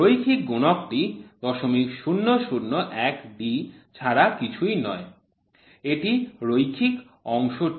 রৈখিক গুণকটি ০০০১ D ছাড়া আর কিছুই নয় এটি রৈখিক অংশটি